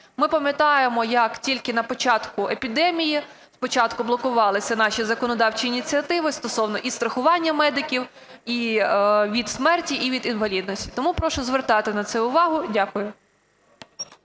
Ми пам'ятаємо, як тільки на початку епідемії спочатку блокувалися наші законодавчі ініціативи стосовно і страхування медиків, і від смерті, і від інвалідності. Тому прошу звертати на це увагу. Дякую.